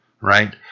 right